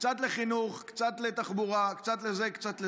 קצת לחינוך, קצת לתחבורה, קצת לזה וקצת לזה.